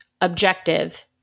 objective